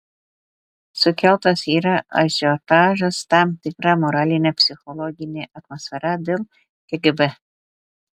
sukeltas yra ažiotažas tam tikra moralinė psichologinė atmosfera dėl kgb